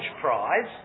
Prize